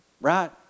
Right